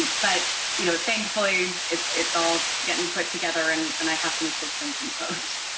but, you know, thankfully, it's it's all getting put together, and and i have some assistance in post.